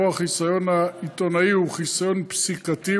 שבו החיסיון העיתונאי הוא חיסיון פסיקתי,